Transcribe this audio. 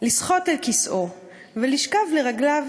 לשחות אל כסאו ולשכב לרגליו,